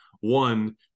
one